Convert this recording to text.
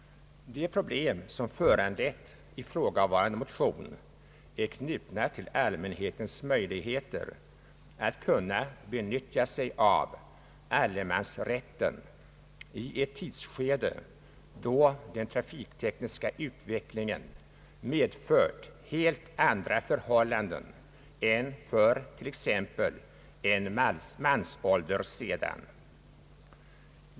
De problem som har föranlett ifrågavarande motion är knutna till allmänhetens möjligheter att benyttja sig av allemansrätten i ett tidsskede, då den trafiktekniska utvecklingen har medfört helt andra förhållanden än de som rådde för t.ex. en mansålder sedan.